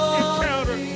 encounter